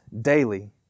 daily